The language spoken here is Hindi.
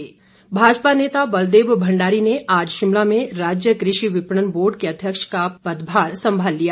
बलदेव भंडारी भाजपा नेता बलदेव भंडारी ने आज शिमला में राज्य कृषि विपणन बोर्ड के अध्यक्ष का पदभार संभाला लिया